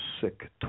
sick